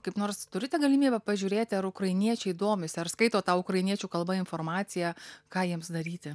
kaip nors turite galimybę pažiūrėti ar ukrainiečiai domisi ar skaito ta ukrainiečių kalba informaciją ką jiems daryti